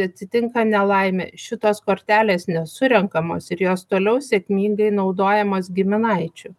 atsitinka nelaimė šitos kortelės nesurenkamos ir jos toliau sėkmingai naudojamos giminaičių